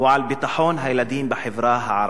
הוא על ביטחון הילדים בחברה הערבית.